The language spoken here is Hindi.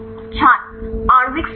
छात्र आणविक स्विचिंग